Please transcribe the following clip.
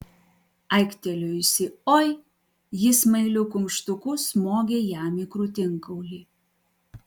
aiktelėjusi oi ji smailiu kumštuku smogė jam į krūtinkaulį